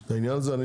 את העניין הזה.